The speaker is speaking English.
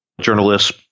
journalists